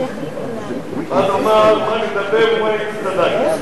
מה נאמר, מה נדבר ומה נצטדק?